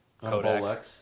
Kodak